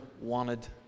wanted